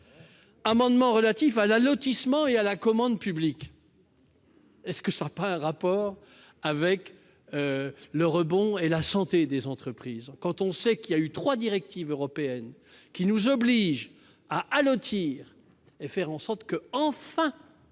amendements relatifs à l'allotissement et à la commande publique n'ont-ils pas un rapport avec le rebond et la santé des entreprises quand on sait que trois directives européennes nous obligent à allotir et faire en sorte que- enfin